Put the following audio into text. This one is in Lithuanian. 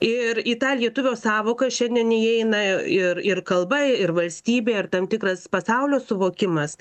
ir į tą lietuvio sąvoką šiandien įeina ir ir kalba ir valstybė ir tam tikras pasaulio suvokimas